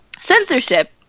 censorship